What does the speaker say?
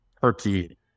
Turkey